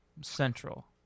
Central